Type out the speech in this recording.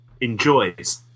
enjoys